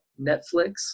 Netflix